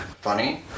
funny